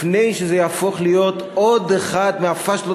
לפני שזה יהפוך להיות עוד אחת מהפשלות